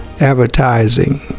advertising